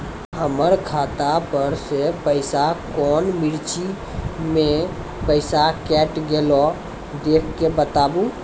हमर खाता पर से पैसा कौन मिर्ची मे पैसा कैट गेलौ देख के बताबू?